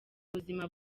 buzima